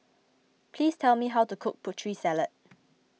please tell me how to cook Putri Salad